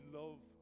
love